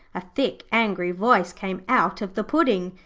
a thick, angry voice came out of the pudding,